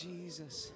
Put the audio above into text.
Jesus